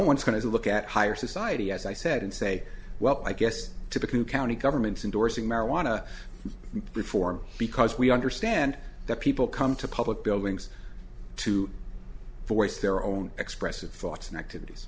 one's going to look at higher society as i said and say well i guess typical county governments indorsing marijuana reform because we understand that people come to public buildings to voice their own expressive thoughts and activities